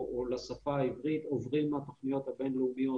לשפה העברית עוברים מהתוכניות הבינלאומיות